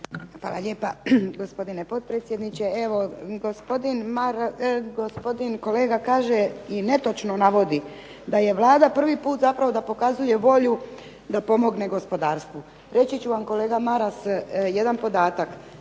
Hvala lijepa gospodine potpredsjedniče. Evo, gospodin kolega kaže i netočno navodi, da je Vlada prvi put da pokazuje volju da pomogne gospodarstvu. Reći ću vam kolega Maras, jedan podatak